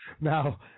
Now